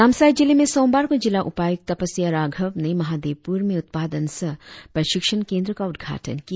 नामसाई जिले में सोमवार को जिला उपायुक्त तपस्या राघव ने महादेवपुर में उत्पादन सह प्रशिक्षण केंद्र का उद्घाटन किया